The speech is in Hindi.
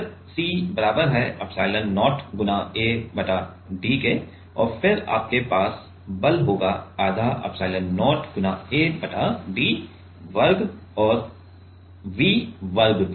फिर C बराबर है एप्सिलॉन0 गुणा A बटा d और फिर आपके पास बल होगा आधा एप्सिलोन0 गुणा A बटा d वर्ग और V वर्ग